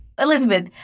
Elizabeth